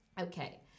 okay